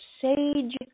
sage